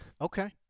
Okay